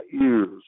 ears